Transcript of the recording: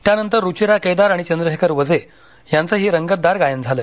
त्यानंतर रुचिरा केदार आणि चंद्रशेखर वझे यांचंही रंगतदार गायन झालं